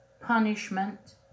punishment